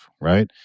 right